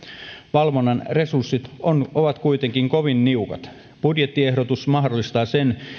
valvonnan resurssit ovat kuitenkin kovin niukat budjettiehdotus mahdollistaa sen